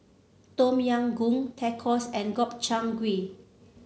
Tom Yam Goong Tacos and Gobchang Gui